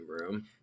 room